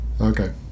Okay